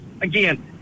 again